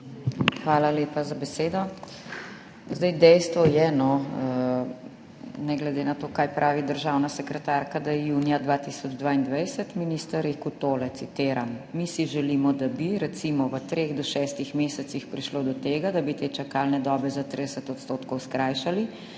Hvala lepa za besedo. Dejstvo je, ne glede na to, kaj pravi državna sekretarka, da je junija 2022 minister rekel tole, citiram: »Mi si želimo, da bi, recimo v treh do šestih mesecih prišlo do tega, da bi te čakalne dobe za 30 % skrajšali,